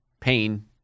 pain